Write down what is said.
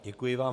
Děkuji vám.